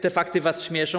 Te fakty was śmieszą.